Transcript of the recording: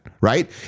right